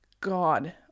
God